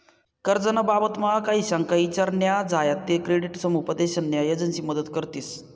कर्ज ना बाबतमा काही शंका ईचार न्या झायात ते क्रेडिट समुपदेशन न्या एजंसी मदत करतीस